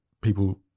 people